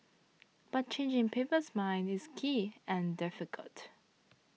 but changing people's minds is key and difficult